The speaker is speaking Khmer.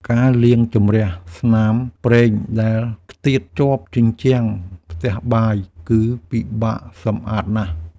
ការលាងជម្រះស្នាមប្រេងដែលខ្ទាតជាប់ជញ្ជាំងផ្ទះបាយ គឺពិបាកសម្អាតណាស់។